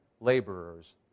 laborers